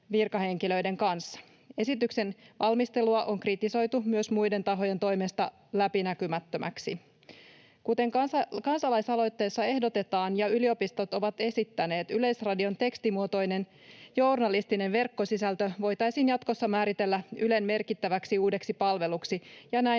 virkahenkilöiden kanssa. Esityksen valmistelua on kritisoitu myös muiden tahojen toimesta läpinäkymättömäksi. Kuten kansalaisaloitteessa ehdotetaan ja yliopistot ovat esittäneet, Yleisradion tekstimuotoinen journalistinen verkkosisältö voitaisiin jatkossa määritellä Ylen merkittäväksi uudeksi palveluksi ja näin